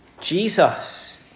Jesus